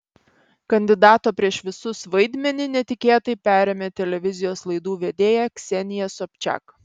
kandidato prieš visus vaidmenį netikėtai perėmė televizijos laidų vedėja ksenija sobčiak